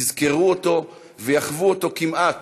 יזכרו אותו ויחוו אותו, כמעט,